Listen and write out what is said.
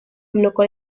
loco